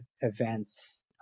events